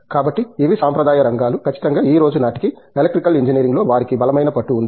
కాబట్టి ఇవి సాంప్రదాయ రంగాలు ఖచ్చితంగా ఈ రోజు నాటికి ఎలక్ట్రికల్ ఇంజనీరింగ్లో వారికి బలమైన పట్టు ఉంది